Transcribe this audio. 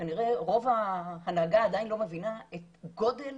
כנראה רוב ההנהגה עדיין לא מבינה את גודל